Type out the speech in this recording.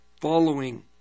following